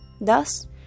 Thus